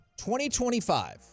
2025